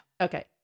Okay